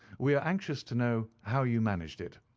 we are anxious to know how you managed it.